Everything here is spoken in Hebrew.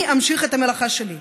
אני אמשיך את המלאכה שלי.